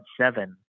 seven